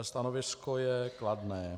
Stanovisko je kladné.